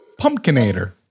Pumpkinator